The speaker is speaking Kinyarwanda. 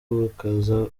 bakaza